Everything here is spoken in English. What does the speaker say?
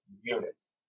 units